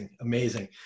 Amazing